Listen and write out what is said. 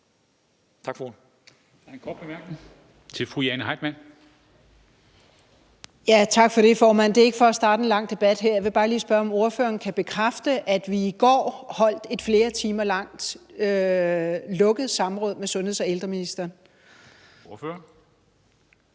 Tak for det, formand. Det er ikke for at starte en lang debat her. Jeg vil bare lige spørge, om ordføreren kan bekræfte, at vi i går holdt et flere timer langt lukket samråd med sundheds- og ældreministeren. Kl.